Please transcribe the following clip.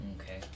Okay